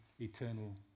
eternal